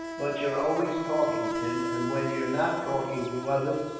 but you're always talking, tim, and when you're not talking to others,